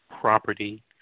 property